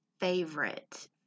favorite